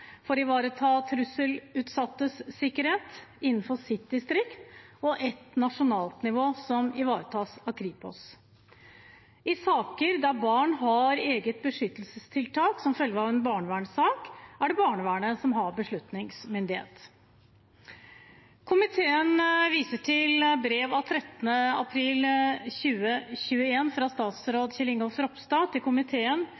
for å ivareta trusselutsattes sikkerhet innenfor sitt distrikt, og et nasjonalt nivå, som ivaretas av Kripos. I saker der barn har eget beskyttelsestiltak som følge av en barnevernssak, er det barnevernet som har beslutningsmyndighet. Komiteen viser til brev av 13. april 2021 fra